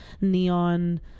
neon